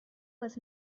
was